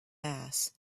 mass